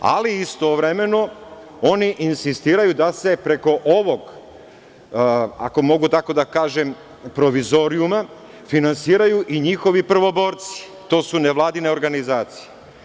Ali, istovremeno, oni insistiraju da se preko ovog, ako mogu tako da kažem, provizorijuma, finansiraju i njihovi prvoborci, to su nevladine organizacije.